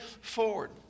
forward